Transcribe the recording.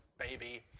baby